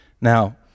Now